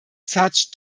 such